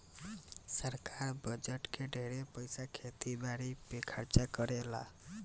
सरकार बजट के ढेरे पईसा खेती बारी पर खर्चा करेले